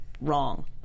wrong